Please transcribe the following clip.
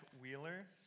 Wheeler